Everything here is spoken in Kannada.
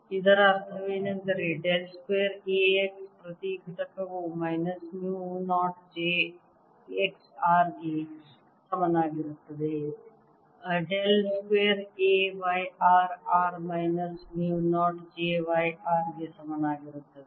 ಇದರ ಅರ್ಥವೇನೆಂದರೆ ಡೆಲ್ ಸ್ಕ್ವೇರ್ A x ಪ್ರತಿ ಘಟಕವು minus mu 0 j x r ಗೆ ಸಮನಾಗಿರುತ್ತದೆ del square A y r r minus mu 0 j y r ಗೆ ಸಮಾನವಾಗಿರುತ್ತದೆ